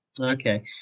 Okay